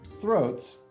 throats